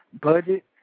budget